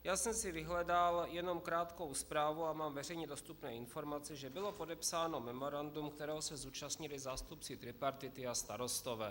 Já jsem si vyhledal jenom krátkou zprávu a mám veřejně dostupné informace, že bylo podepsáno memorandum, kterého se zúčastnili zástupci tripartity a starostové.